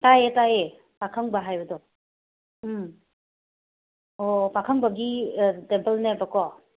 ꯇꯥꯏꯌꯦ ꯇꯥꯏꯌꯦ ꯄꯥꯈꯪꯕ ꯍꯥꯏꯕꯗꯣ ꯎꯝ ꯑꯣ ꯄꯥꯈꯪꯕꯒꯤ ꯇꯦꯝꯄꯜꯅꯦꯕꯀꯣ